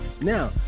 Now